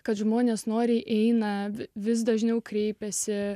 kad žmonės noriai eina vis dažniau kreipiasi